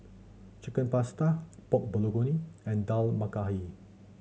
Chicken Pasta Pork Bulgogi and Dal Makhani